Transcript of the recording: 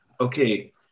okay